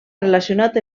relacionat